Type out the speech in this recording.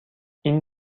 این